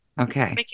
okay